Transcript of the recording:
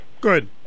Good